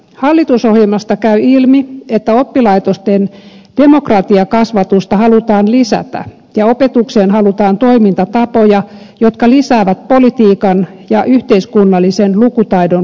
hallitusohjelmasta käy ilmi että oppilaitosten demokratiakasvatusta halutaan lisätä ja opetukseen halutaan toimintatapoja jotka lisäävät politiikan ja yhteiskunnallisen lukutaidon kehittymistä